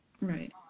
Right